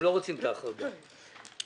הם לא רוצים את ההחרגה והם צודקים.